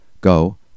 Go